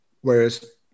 Whereas